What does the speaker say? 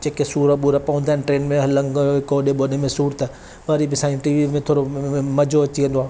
जेके सूर वूर पवंदा आहिनि ट्रेन में हलंग गोॾे बोडे में सूर त वरी बि साईं टीवीअ में थोरो मज़ो अची वेंदो आहे